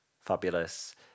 fabulous